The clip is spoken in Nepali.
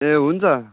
ए हुन्छ